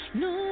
no